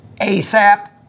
ASAP